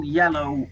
yellow